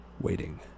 waiting